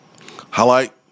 highlight